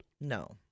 No